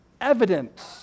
evidence